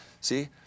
see